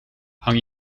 hang